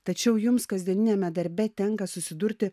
tačiau jums kasdieniniame darbe tenka susidurti